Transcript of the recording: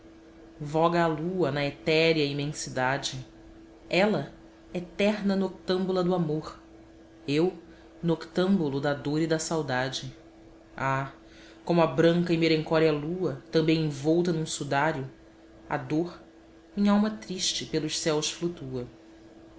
voga a lua na etérea imensidade ela eterna noctâmbula do amor eu noctâmbulo da dor e da saudade ah como a branca e merencória lua também envolta num sudário a dor minhalma triste pelos céus flutua